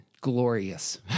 Glorious